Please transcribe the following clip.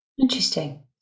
Interesting